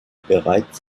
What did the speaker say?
bereits